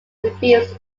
refused